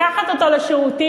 לקחת אותו לשירותים?